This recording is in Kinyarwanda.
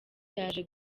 yaje